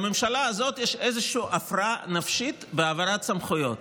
לממשלה הזאת יש איזו הפרעה נפשית בהעברת סמכויות.